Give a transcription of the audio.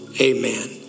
amen